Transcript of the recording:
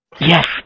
Yes